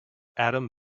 adam